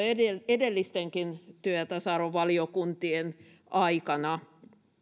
edellistenkin työ ja tasa arvovaliokuntien aikana